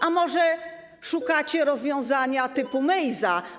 A może szukacie rozwiązania typu Mejza?